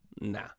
nah